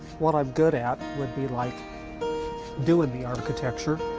what i am good at would be like doing the architecture.